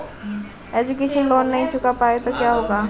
Education loan नहीं चुका पाए तो क्या होगा?